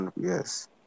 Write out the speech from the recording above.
yes